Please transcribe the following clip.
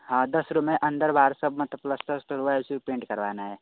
हाँ दस रूम है अंदर बाहर सब मतलब प्लस्टर ऊस्टर हुआ है उसको पेंट करवाना है